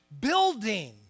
building